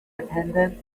attendant